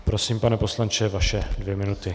Prosím, pane poslanče, vaše dvě minuty.